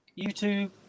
YouTube